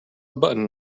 button